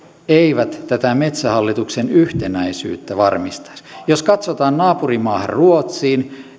eivät tätä metsähallituksen yhtenäisyyttä varmistaisi jos katsotaan naapurimaahan ruotsiin